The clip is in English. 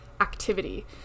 activity